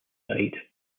side